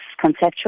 conceptual